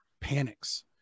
panics